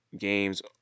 games